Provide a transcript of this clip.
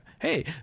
hey